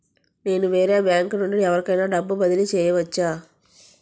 నేను వేరే బ్యాంకు నుండి ఎవరికైనా డబ్బు బదిలీ చేయవచ్చా?